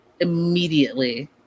immediately